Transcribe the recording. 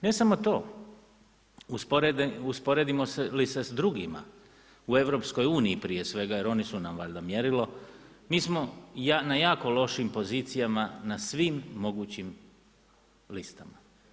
Ne samo, to, usporedimo li se s drugima, u EU, prije svega, jer oni su nam valjda mjerilo, mi smo na jako lošim pozicijama na svim mogućim listama.